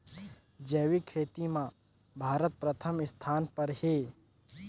जैविक खेती म भारत प्रथम स्थान पर हे